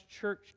church